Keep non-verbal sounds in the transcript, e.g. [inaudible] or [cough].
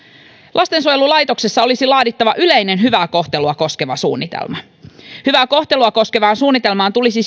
lastensuojelulaitoksessa olisi laadittava yleinen hyvää kohtelua koskeva suunnitelma hyvää kohtelua koskevaan suunnitelmaan tulisi [unintelligible]